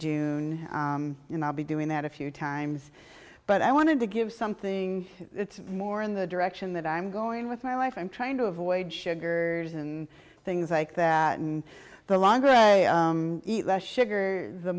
june and i'll be doing that a few times but i want to give something more in the direction that i'm going with my life i'm trying to avoid sugar and things like that and the longer eat less sugar the